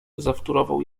zawtórował